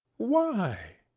why?